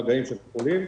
מגעים של חולים,